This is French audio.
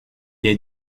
est